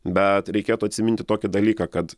bet reikėtų atsiminti tokį dalyką kad